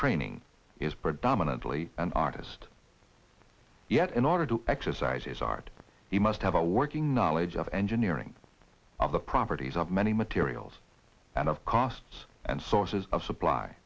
training is predominantly an artist yet in order to exercise his art he must have a working knowledge of engineering of the properties of many materials and of costs and sources of supply